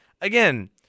again